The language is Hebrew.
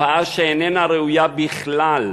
תופעה שאיננה ראויה בכלל,